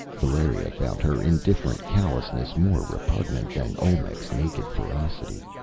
valeria found her indifferent callousness more repugnant than olmec's naked ferocity.